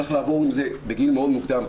צריך לעבוד על זה בגיל מאוד מוקדם,